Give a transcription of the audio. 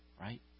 right